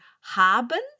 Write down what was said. haben